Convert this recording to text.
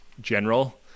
General